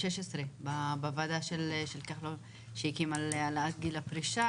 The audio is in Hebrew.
לכולם וה-1% יהיה לכל מי שיבוא לקרנות החדשות.